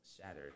shattered